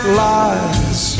lies